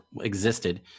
existed